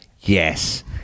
yes